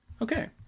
Okay